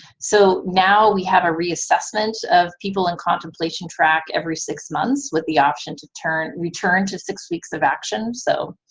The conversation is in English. so, now we have a reassessment of people in contemplation track every six months with the option to return to six weeks of action. so.